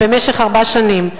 במשך ארבע שנים.